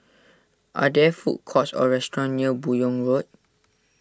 are there food courts or restaurants near Buyong Road